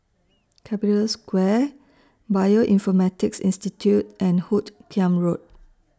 Capital Square Bioinformatics Institute and Hoot Kiam Road